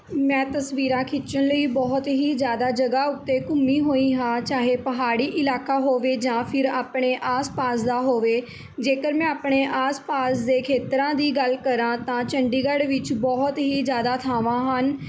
ਮੈਂ ਤਸਵੀਰਾਂ ਖਿੱਚਣ ਲਈ ਬਹੁਤ ਹੀ ਜ਼ਿਆਦਾ ਜਗ੍ਹਾਂ ਉੱਤੇ ਘੁੰਮੀ ਹੋਈ ਹਾਂ ਚਾਹੇ ਪਹਾੜੀ ਇਲਾਕਾ ਹੋਵੇ ਜਾਂ ਫਿਰ ਆਪਣੇ ਆਸ ਪਾਸ ਦਾ ਹੋਵੇ ਜੇਕਰ ਮੈਂ ਆਪਣੇ ਆਸ ਪਾਸ ਦੇ ਖੇਤਰਾਂ ਦੀ ਗੱਲ ਕਰਾਂ ਤਾਂ ਚੰਡੀਗੜ੍ਹ ਵਿੱਚ ਬਹੁਤ ਹੀ ਜ਼ਿਆਦਾ ਥਾਵਾਂ ਹਨ